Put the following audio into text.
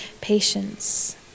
patience